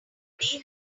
had